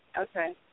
Okay